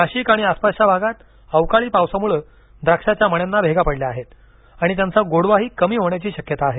नाशिक आणि आसपासच्या भागात अवकाळी पावसामुळं द्राक्षाच्या मण्यांना भेगा पडल्या आहेत आणि त्यांचा गोडवाही कमी होण्याची शक्यता आहे